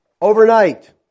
Overnight